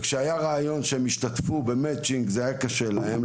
אז אין להם מספיק תקציב וכשעלה הרעיון שהם ישתתפו זה באמת היה קשה להם,